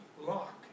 lock